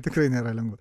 tikrai nėra lengva